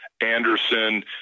anderson